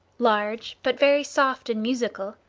large but very soft and musical,